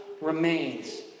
remains